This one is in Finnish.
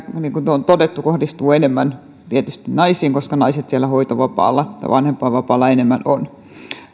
on todettu kohdistuvat enemmän tietysti naisiin koska naiset hoitovapaalla ja vanhempainvapaalla enemmän ovat